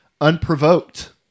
unprovoked